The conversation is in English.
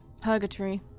Purgatory